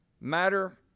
matter